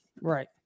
Right